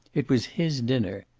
it was his dinner.